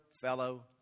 fellow